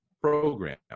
program